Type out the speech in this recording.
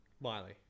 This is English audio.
Miley